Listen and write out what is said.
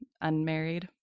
unmarried